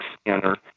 scanner